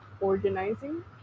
organizing